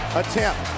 attempt